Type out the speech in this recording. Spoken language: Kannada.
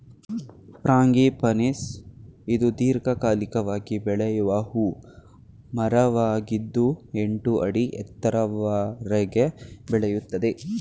ಫ್ರಾಂಗಿಪನಿಸ್ ಇದು ದೀರ್ಘಕಾಲಿಕವಾಗಿ ಬೆಳೆಯುವ ಹೂ ಮರವಾಗಿದ್ದು ಎಂಟು ಅಡಿ ಎತ್ತರದವರೆಗೆ ಬೆಳೆಯುತ್ತದೆ